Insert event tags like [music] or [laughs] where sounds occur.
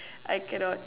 I cannot [laughs]